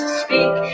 speak